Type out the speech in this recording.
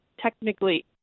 Technically